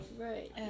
Right